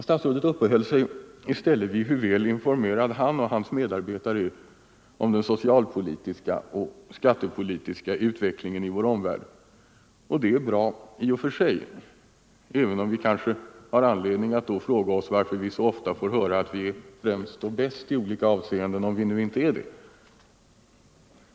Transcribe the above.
Statsrådet uppehöll sig i stället vid hur väl informerade han och hans medarbetare är om den socialpolitiska och skattepolitiska utvecklingen i vår omvärld. Det är ju bra i och för sig, även om vi kanske har anledning att då fråga oss varför vi så ofta får höra att vi är främst och bäst i olika avseenden, om vi nu inte är det.